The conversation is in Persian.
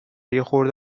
یخورده